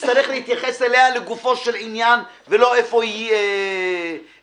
נצטרך להתייחס אליה לגופו של עניין ולא איפה היא מונחת.